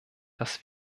das